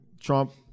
Trump